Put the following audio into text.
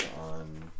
on